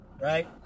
right